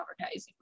advertising